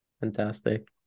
Fantastic